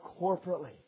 corporately